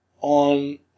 on